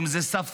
אם זה שפה,